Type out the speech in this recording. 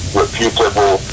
reputable